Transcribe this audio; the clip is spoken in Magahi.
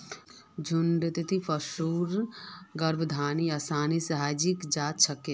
झुण्डत पशुर गर्भाधान आसानी स हई जा छेक